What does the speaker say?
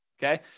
Okay